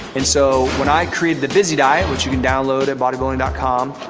and so when i created the bizzy diet, which you can download at bodybuilding com,